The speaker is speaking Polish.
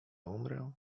umrę